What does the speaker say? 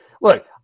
look